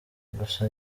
gusa